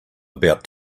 about